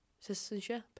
citizenship